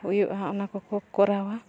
ᱦᱩᱭᱩᱜᱼᱟ ᱚᱱᱟ ᱠᱚᱠᱚ ᱠᱚᱨᱟᱣᱟ